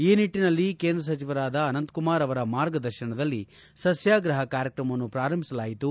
ಈ ನಿಟ್ಟನಲ್ಲಿ ಕೇಂದ್ರ ಸಚಿವರಾದ ಅನಂತಕುಮಾರ್ ಅವರ ಮಾರ್ಗದರ್ಶನದಲ್ಲಿ ಸಸ್ವಾಗ್ರಹ ಕಾರ್ಯಕ್ರಮವನ್ನು ಪಾರಂಭಿಸಲಾಯಿತು